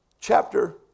chapter